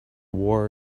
war